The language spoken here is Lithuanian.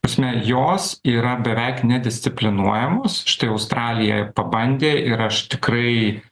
prasme jos yra beveik ne disciplinuojamos štai australija pabandė ir aš tikrai